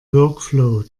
workflow